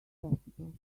possible